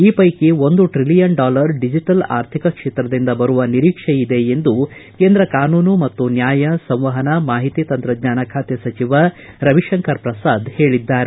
ಈ ವೈಕಿ ಒಂದು ಟ್ರಲಿಯನ್ ಡಾಲರ್ ಡಿಜೆಟಲ್ ಆರ್ಥಿಕ ಕ್ಷೇತ್ರದಿಂದ ಬರುವ ನಿರೀಕ್ಷೆ ಇದೆ ಎಂದು ಕೇಂದ್ರ ಕಾನೂನು ಮತ್ತು ನ್ಯಾಯ ಸಂವಹನ ಮಾಹಿತಿ ತಂತ್ರಜ್ಞಾನ ಖಾತೆ ಸಚಿವ ರವಿಶಂಕರ್ ಪ್ರಸಾದ್ ಹೇಳಿದ್ದಾರೆ